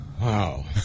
wow